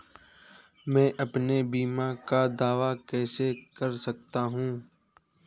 मैं अपने बीमा का दावा कैसे कर सकता हूँ?